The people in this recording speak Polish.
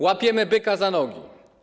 Łapiemy byka za nogi.